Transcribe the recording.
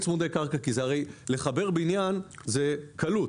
לחבר בניין זה קל,